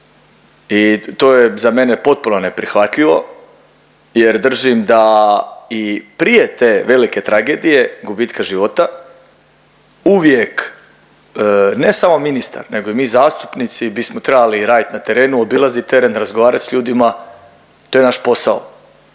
I to je za mene potpuno neprihvatljivo jer držim da i prije te velike tragedije gubitka života, uvijek ne samo ministar nego i mi zastupnici bismo trebali radit na terenu, obilazit teren, razgovarat s ljudima. To je naš posao.